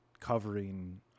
covering